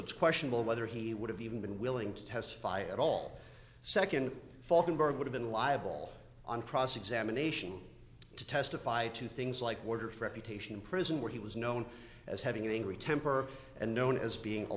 it's questionable whether he would have even been willing to testify at all nd falkenberg would have been liable on cross examination to testify to things like warders reputation in prison where he was known as having an angry temper and known as being a